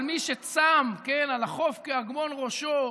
הנביא מדבר על מי שצם, "הלכוף כאגמון ראשו",